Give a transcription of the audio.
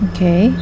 Okay